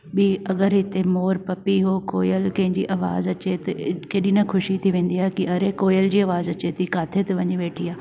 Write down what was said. ॿी अगरि हिते मोर पपीहो कोयल कंहिंजी आवाज़ु अचे त केॾी न ख़ुशी थी वेंदी आहे की अरे कोयल जी आवाज़ अचे थी किते त वञी वेठी आहे